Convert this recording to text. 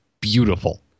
beautiful